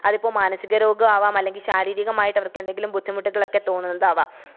അത് ഇപ്പോൾ മാനസിക രോഗമാവാം അല്ലെങ്കില് ശാരീരികമായിട്ട് അവര്ക്ക് എന്തെങ്കിലും ബുദ്ധിമുട്ടുകളൊക്കെ തോന്നുന്നതാവാം